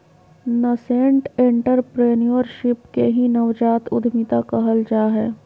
nascent entrepreneurship के ही नवजात उद्यमिता कहल जा हय